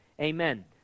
Amen